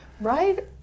right